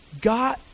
God